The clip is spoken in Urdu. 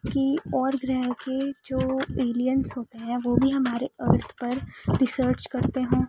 کہ اور گرہ کے جو ایلینس ہوتے ہیں وہ بھی ہمارے ارتھ پر ریسرچ کرتے ہوں